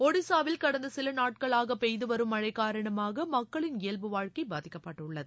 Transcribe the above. ஒடிசாவில் கடந்த சில நாட்களாக பெய்துவரும் மழை காரணமாக மக்களின் இயல்புவாழ்க்கை பாதிக்கப்பட்டுள்ளது